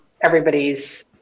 everybody's